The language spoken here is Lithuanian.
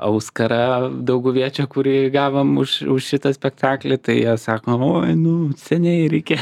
auskarą dauguviečio kurį gavom užuž šitą spektaklį tai jie sako oi nu seniai reikėjo